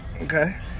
okay